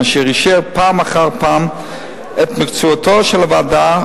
אשר אישר פעם אחר פעם את מקצועיותה של הוועדה,